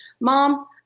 mom